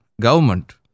government